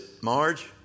Marge